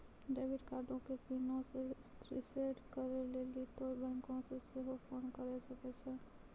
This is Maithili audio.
डेबिट कार्डो के पिनो के रिसेट करै लेली तोंय बैंको मे सेहो फोन करे सकै छो